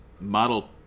model